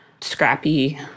scrappy